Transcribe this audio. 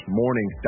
morning